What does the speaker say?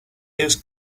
his